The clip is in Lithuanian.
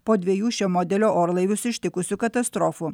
po dviejų šio modelio orlaivius ištikusių katastrofų